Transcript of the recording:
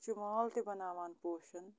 چھُ مال تہِ بناوان پوشَن